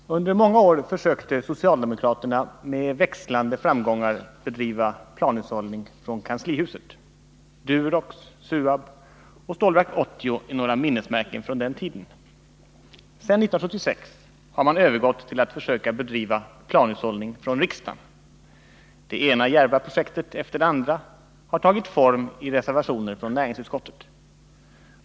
Herr talman! Under många år försökte socialdemokraterna med växlande framgång bedriva planhushållning från kanslihuset — Durox, SUAB och Stålverk 80 är några minnesmärken från den tiden. Sedan 1976 har man övergått till att försöka bedriva planhushållning från riksdagen. Det ena djärva projektet efter det andra har tagit form i reservationer från näringsutskottet.